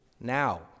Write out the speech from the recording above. now